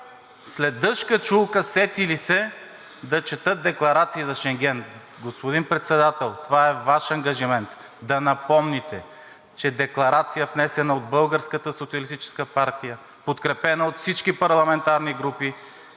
след дъжд качулка, сетили се да четат декларации за Шенген. Господин Председател, това е Ваш ангажимент – да напомните, че декларация, внесена от Българската социалистическа партия, подкрепена от всички парламентарни групи,